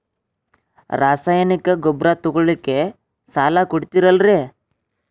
ರಾಸಾಯನಿಕ ಗೊಬ್ಬರ ತಗೊಳ್ಳಿಕ್ಕೆ ಸಾಲ ಕೊಡ್ತೇರಲ್ರೇ?